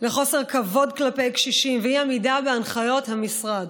לחוסר כבוד כלפי קשישים ואי-עמידה בהנחיות המשרד.